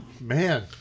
man